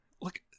Look